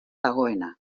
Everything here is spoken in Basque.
dagoena